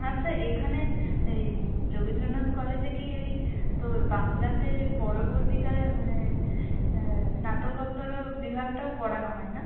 আচ্ছা এখানে এই যোগেন্দ্রনাথ কলেজে কি ওই তোর বাংলাতে পরবর্তীকালে মানে স্নাতকোত্তরও বিভাগটাও পড়ানো হয় না